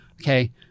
Okay